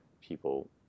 people